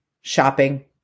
shopping